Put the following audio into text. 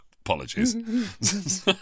apologies